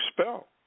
spell